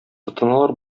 тотыналар